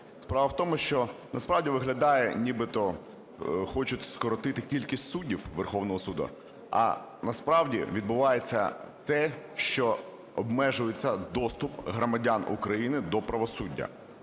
Справа в тому, що насправді виглядає, нібито хочуть скоротити кількість суддів Верховного Суду, а насправді відбувається те, що обмежується доступ громадян України до правосуддя.